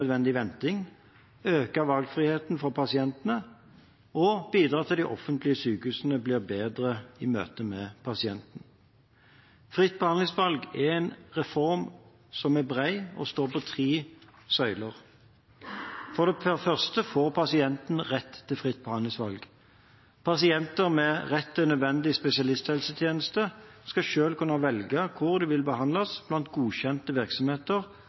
unødvendig venting, øke valgfriheten for pasientene og bidra til at de offentlige sykehusene blir bedre i møte med pasientene. Fritt behandlingsvalg er en reform som er bred og står på tre søyler: For det første får pasientene rett til fritt behandlingsvalg. Pasienter med rett til nødvendig spesialisthelsetjeneste skal selv kunne velge hvor de vil behandles blant godkjente virksomheter